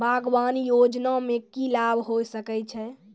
बागवानी योजना मे की लाभ होय सके छै?